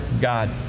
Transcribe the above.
God